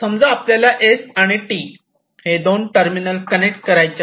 समजा आपल्याला S आणि T हे दोन टर्मिनल कनेक्ट करायचे आहेत